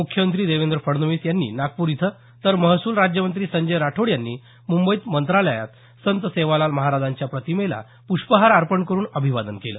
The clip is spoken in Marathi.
मुख्यमंत्री देवेंद्र फडणवीस यांनी नागपूर इथं तर महसूल राज्यमंत्री संजय राठोड यांनी मंबईत मंत्रालयात संत सेवालाल महाराजांच्या प्रतिमेला प्ष्पहार अर्पण करुन अभिवादन केलं